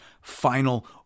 final